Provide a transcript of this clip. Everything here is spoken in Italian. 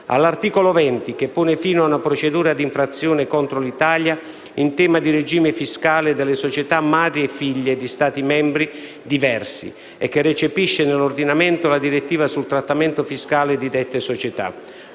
all'articolo 20 che pone fine a una procedura d'infrazione contro l'Italia in tema di regime fiscale delle società madri e figlie di Stati membri diversi e che recepisce nell'ordinamento la direttiva sul trattamento fiscale di dette società.